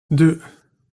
deux